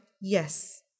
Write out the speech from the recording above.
yes